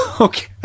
Okay